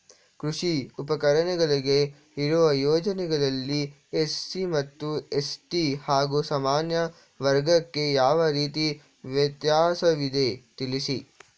ಕೃಷಿ ಉಪಕರಣಗಳಿಗೆ ಇರುವ ಯೋಜನೆಗಳಲ್ಲಿ ಎಸ್.ಸಿ ಮತ್ತು ಎಸ್.ಟಿ ಹಾಗೂ ಸಾಮಾನ್ಯ ವರ್ಗಕ್ಕೆ ಯಾವ ರೀತಿ ವ್ಯತ್ಯಾಸವಿದೆ ತಿಳಿಸಿ?